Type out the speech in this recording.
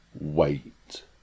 wait